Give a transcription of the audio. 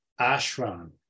ashram